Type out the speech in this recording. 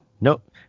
Nope